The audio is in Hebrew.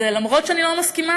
אז למרות שאני לא מסכימה,